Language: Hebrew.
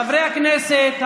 חברי הכנסת,